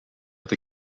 dat